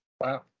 wow